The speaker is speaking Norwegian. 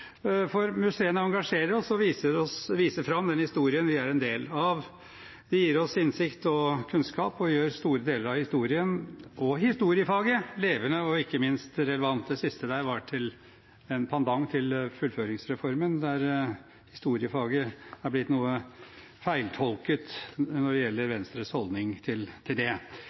For museene engasjerer oss og viser fram den historien vi er en del av. De gir oss innsikt og kunnskap og gjør store deler av historien og historiefaget levende og ikke minst relevante. Det siste var en pendant til fullføringsreformen, der historiefaget er blitt noe feiltolket når det gjelder Venstres holdning til det.